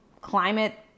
climate